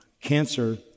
cancer